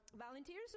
Volunteers